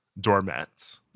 doormats